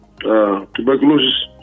tuberculosis